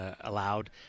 allowed